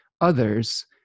others